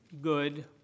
good